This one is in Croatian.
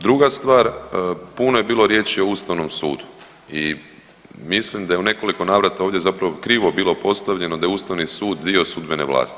Druga stvar, puno je bilo riječi o Ustavnom sudu i mislim da je u nekoliko navrata ovdje zapravo krivo bilo postavljeno da je Ustavni sud dio sudbene vlasti.